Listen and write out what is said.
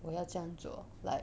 我要这样做 like